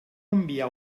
enviar